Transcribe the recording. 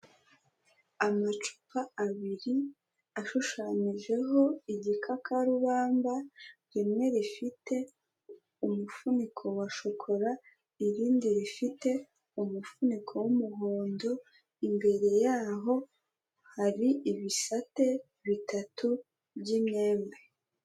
Amacupa abiri ashushanyijeho igikakarubamba, rimwe rifite umufuniko wa shokora irindi rifite umufuniko w'umuhondo, imbere yaho hari ibisate bitatu by'imyembe.